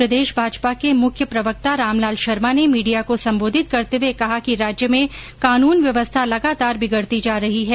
प्रदेश भाजपा के मुख्य प्रवक्ता रामलाल शर्मा ने मीडिया को सम्बोधित करते हुए कहा कि राज्य में कानून व्यवस्था लगातार बिगड़ती जा रही है